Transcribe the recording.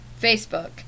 facebook